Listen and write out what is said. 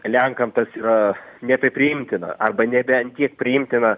lenkam tas yra nebepriimtina arba nebe ant tiek priimtina